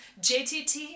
JTT